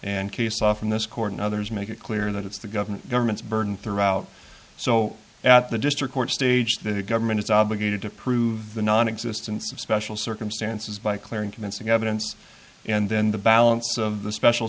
and case often this court and others make it clear that it's the government government's burden throughout so at the district court stage the government is obligated to prove the nonexistence of special circumstances by clear and convincing evidence and then the balance of the special